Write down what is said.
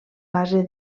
base